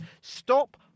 Stop